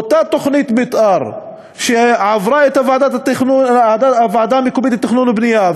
אותה תוכנית מתאר שעברה את הוועדה המקומית לתכנון ובנייה,